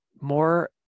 More